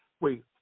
Wait